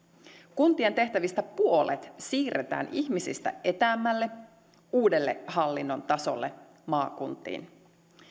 kuntien tehtävistä puolet siirretään ihmisistä etäämmälle uudelle hallinnon tasolle maakuntiin